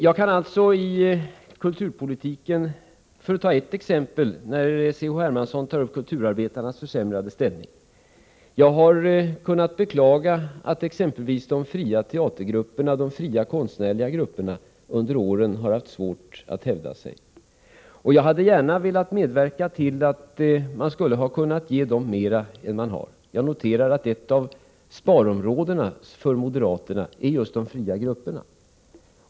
Jag kan som exempel ta upp en sak inom kulturpolitiken som C.-H. Hermansson nämnde, nämligen kulturarbetarnas försämrade ställning. Jag har beklagat att exempelvis de fria teatergrupperna, de fria konstnärliga grupperna under åren har haft svårt att hävda sig. Gärna skulle jag ha velat medverka till att man hade kunnat ge dem mera än man har gjort. Jag noterar att just de fria grupperna är ett av sparområdena för moderaterna.